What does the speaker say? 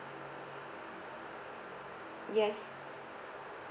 yes